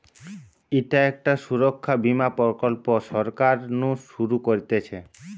ইটা একটা সুরক্ষা বীমা প্রকল্প সরকার নু শুরু করতিছে